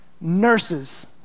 nurses